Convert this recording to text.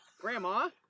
Grandma